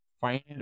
find